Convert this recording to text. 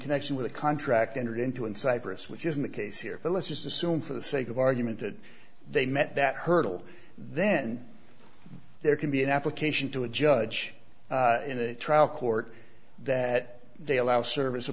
international the contract entered into in cyprus which isn't the case here but let's assume for the sake of argument that they met that hurdle then there can be an application to a judge in a trial court that they allow service a